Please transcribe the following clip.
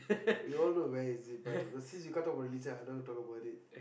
we all know where is it but but since you can't talk about religion I don't want to talk about it